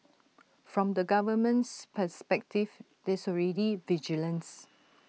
from the government's perspective there's already vigilance